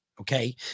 Okay